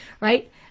right